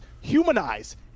humanize